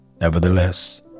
Nevertheless